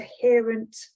coherent